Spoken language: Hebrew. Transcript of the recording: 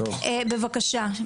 בבקשה.